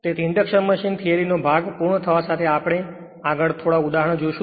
તેથી આ induction machine theory નો ભાગ પૂર્ણ થવા સાથે આગળ આપણે થોડા ઉદાહરણો જોશું